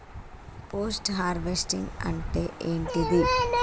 Post harvesting అంటే ఏంటిది?